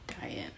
diet